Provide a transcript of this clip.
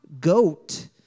goat